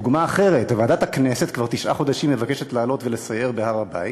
דוגמה אחרת: ועדת הכנסת כבר תשעה חודשים מבקשת לעלות ולסייר בהר-הבית,